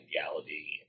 reality